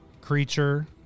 creature